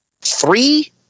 three